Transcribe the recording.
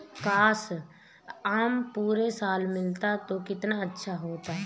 काश, आम पूरे साल मिलता तो कितना अच्छा होता